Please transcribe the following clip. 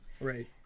Right